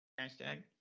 Hashtag